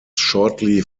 shortly